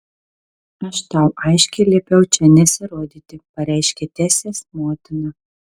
aš tau aiškiai liepiau čia nesirodyti pareiškė tesės motina